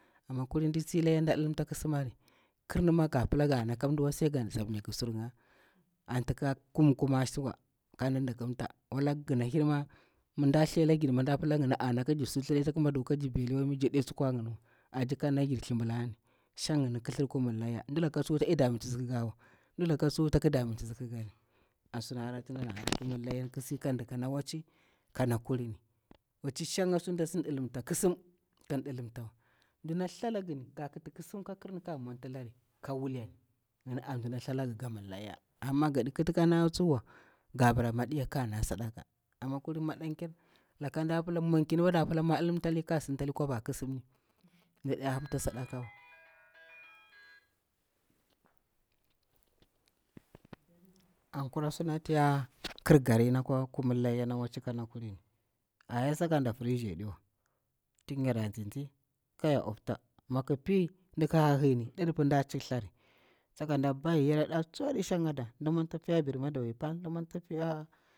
Amma kulin mdi tsi layya nɗa ɗilibta ƙisimari, kulin ma nga pila ka nala mda kirniwa, sai ngi samnya sur nga, anti ka kumkumar tsuwa, kadi ndikimta gina ngini ma, mi nɗa thli a la giri, nɗa pila ngiri ana kan sultali kan veli wami ndaɗe tsukwa na ngini wa, ajiri kan nalagir thibilari, shang ngini kithirir kumir layya. Mdilaka taɗi damititsi kikarwa, mdi laka tsuwa tak danititsi, an suna hara layya na kulini ƙi si ka dika kana watchi, watchi sheng nda sidi ndilimta kisim wa, mdina thalanga gamir layya amma nga ka kiti kisim ka pula kan nalari, mi apanwa tsuwa nga bara maɗiya kara nalari, kulin mwanci ma da pila mwar kara ɗiliptali kara sintali kwabari. An kura sunati ya kirari ata kira kumur layya na watchi kna kulini. A yaru saka nɗa fridge a ɗiwa, mi ki pi didipa tin nɗa chikthari kaɗi ɗikimta.